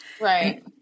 Right